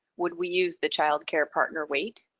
would we use the child care partner weight?